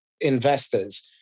investors